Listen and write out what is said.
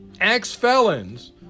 ex-felons